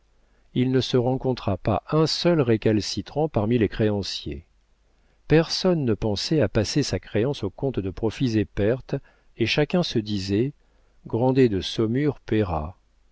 il ne se rencontra pas un seul récalcitrant parmi les créanciers personne ne pensait à passer sa créance au compte de profits et pertes et chacun se disait grandet de saumur